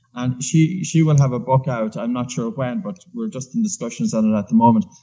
and she she will have a book out, i'm not sure when, but we're just in discussions on it at the moment.